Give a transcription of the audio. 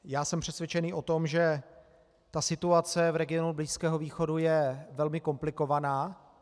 Já jsem přesvědčený o tom, že situace v regionu Blízkého východu je velmi komplikovaná.